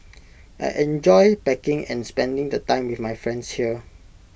I enjoy packing and spending the time with my friends here